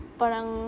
parang